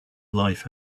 life